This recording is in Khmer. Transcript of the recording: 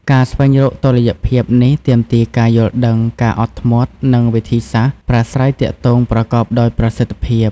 ការស្វែងរកតុល្យភាពនេះទាមទារការយល់ដឹង ការអត់ធ្មត់ និងវិធីសាស្ត្រប្រាស្រ័យទាក់ទងប្រកបដោយប្រសិទ្ធភាព។